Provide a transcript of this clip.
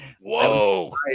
whoa